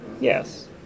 Yes